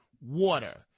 water